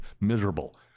miserable